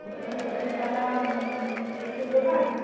এটাই শিশিরতলা ড্রেসের দোকান